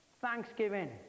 thanksgiving